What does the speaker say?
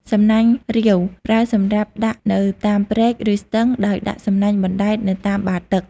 សំណាញ់រ៉ាវ ប្រើសម្រាប់ដាក់នៅតាមព្រែក ឬស្ទឹង ដោយដាក់សំណាញ់បណ្ដែតនៅតាមបាតទឹក។